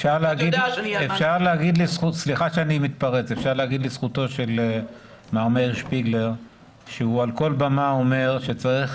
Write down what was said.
אפשר להגיד לזכותו של מר מאיר שפיגלר שהוא על כל במה אומר שצריך